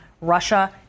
Russia